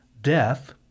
death—